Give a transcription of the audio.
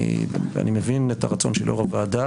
אני מבין את הרצון של יושב-ראש הוועדה,